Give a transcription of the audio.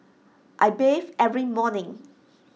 I bathe every morning